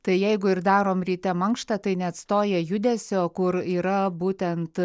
tai jeigu ir darom ryte mankštą tai neatstoja judesio kur yra būtent